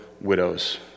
widows